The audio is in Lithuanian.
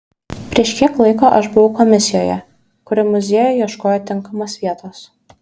prieš kiek laiko aš buvau komisijoje kuri muziejui ieškojo tinkamos vietos